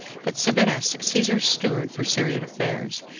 but sabinus, caesar's steward for syrian affairs,